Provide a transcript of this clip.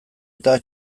eta